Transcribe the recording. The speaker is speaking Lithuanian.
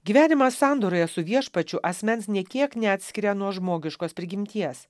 gyvenimas sandoroje su viešpačiu asmens nė kiek neatskiria nuo žmogiškos prigimties